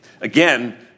Again